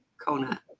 Kona